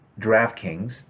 DraftKings